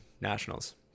Nationals